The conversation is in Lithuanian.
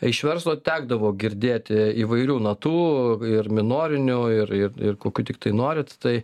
iš verslo tekdavo girdėti įvairių natų ir minorinių ir ir kokių tiktai norit tai